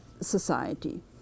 society